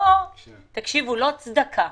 לא כצדקה,